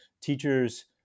teachers